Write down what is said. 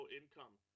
income